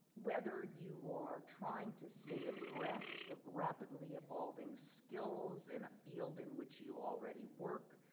whether you are trying to stay abreast of rapidly evolving skills in a field in which you already work,